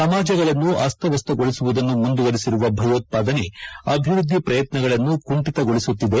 ಸಮಾಜಗಳನ್ನು ಅಸ್ತವ್ಯಸ್ತಗೊಳಿಸುವುದನ್ನು ಮುಂದುವರಿಸಿರುವ ಭಯೋತ್ಪಾದನೆ ಅಭಿವೃದ್ದಿ ಪ್ರಯತ್ನಗಳನ್ನು ಕುಂಠಿತಗೊಳಿಸುತ್ತಿದೆ